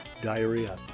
diarrhea